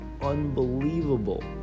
unbelievable